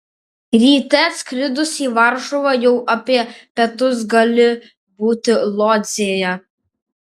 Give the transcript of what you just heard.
ryte atskridus į varšuvą jau apie pietus gali būti lodzėje